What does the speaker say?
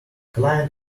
client